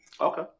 Okay